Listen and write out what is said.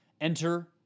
enter